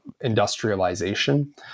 industrialization